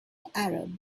arab